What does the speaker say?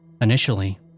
Initially